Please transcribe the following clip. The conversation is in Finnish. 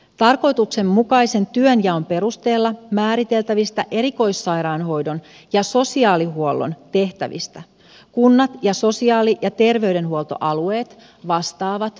tarkoituksenmukaisen työnjaon perusteella määriteltävistä erikoissairaanhoidon ja sosiaalihuollon tehtävistä kunnat ja sosiaali ja terveydenhuoltoalueet vastaavat yhdessä